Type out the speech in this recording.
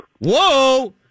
Whoa